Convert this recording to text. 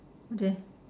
okay